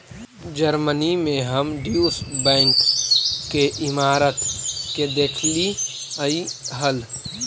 Germany में हम Deutsche Bank के इमारत के देखलीअई हल